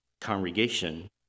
congregation